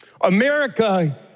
America